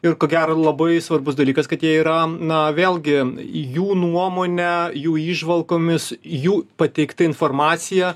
ir ko gero labai svarbus dalykas kad jie yra na vėlgi jų nuomone jų įžvalgomis jų pateikta informacija